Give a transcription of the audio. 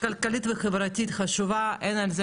כלכלית וחברתית חשובה, אין על זה